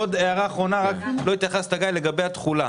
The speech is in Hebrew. לגבי התחולה,